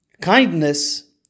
kindness